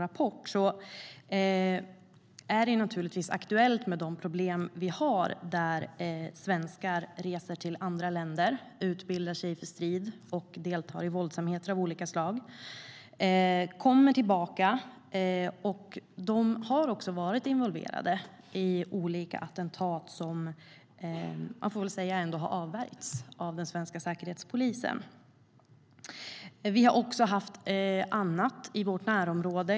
Det är naturligtvis aktuellt med de problem som finns med svenskar som reser till andra länder, utbildar sig för strid och deltar i våldsamheter av olika slag. De kommer tillbaka och har varit involverade i olika attentat som har avvärjts av den svenska Säkerhetspolisen. Det har också varit andra händelser i vårt närområde.